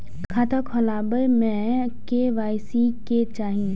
खाता खोला बे में के.वाई.सी के चाहि?